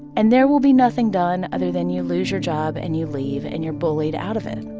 and there will be nothing done other than you lose your job, and you leave, and you're bullied out of it